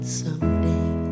someday